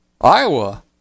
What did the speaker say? Iowa